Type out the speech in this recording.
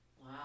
Wow